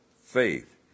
faith